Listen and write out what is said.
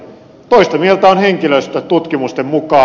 toista mieltä on henkilöstö tutkimusten mukaan